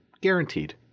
Guaranteed